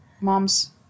mom's